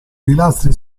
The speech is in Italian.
pilastri